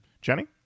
Jenny